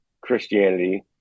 Christianity